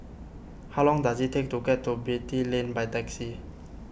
how long does it take to get to Beatty Lane by taxi